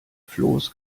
floß